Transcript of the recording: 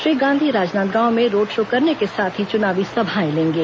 श्री गांधी राजनांदगांव में road show करने के साथ ही चुनावी सभाएं लेंगे